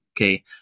okay